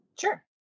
Sure